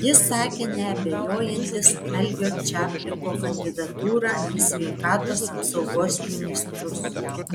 jis sakė neabejojantis algio čapliko kandidatūra į sveikatos apsaugos ministrus